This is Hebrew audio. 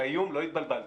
באיום לא התבלבלתי,